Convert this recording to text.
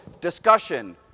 discussion